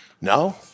No